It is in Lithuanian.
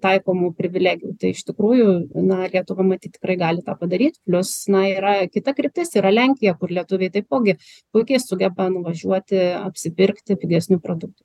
taikomų privilegijų tai iš tikrųjų na lietuva matyt tikrai gali tą padaryt plius na yra kita kryptis yra lenkija kur lietuviai taipogi puikiai sugeba nuvažiuoti apsipirkti pigesnių produktų